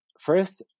first